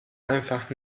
einfach